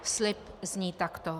Slib zní takto: